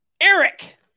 Eric